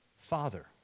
Father